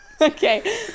Okay